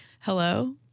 hello